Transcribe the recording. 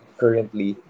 currently